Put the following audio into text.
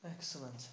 Excellent